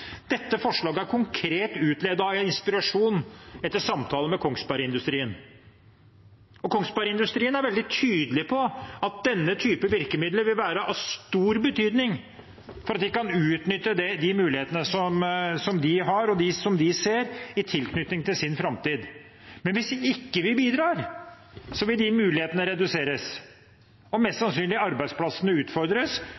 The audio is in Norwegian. Dette forslaget er konkret utledet av inspirasjon etter samtaler med Kongsberg-industrien. Kongsberg-industrien er veldig tydelig på at denne type virkemidler vil være av stor betydning for at de kan utnytte de mulighetene de har, og som de ser i tilknytning til sin framtid. Hvis ikke vi bidrar, vil de mulighetene reduseres, arbeidsplassene mest